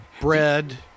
Bread